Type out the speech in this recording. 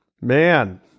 Man